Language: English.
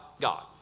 God